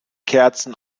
kerzen